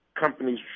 companies